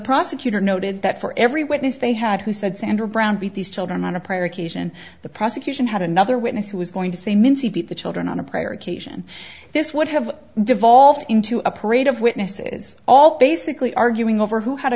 prosecutor noted that for every witness they had who said sandra brown beat these children on a prior occasion the prosecution had another witness who was going to say mincey beat the children on a prayer occasion this would have devolved into a parade of witnesses all basically arguing over who had a